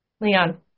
Leon